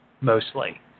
mostly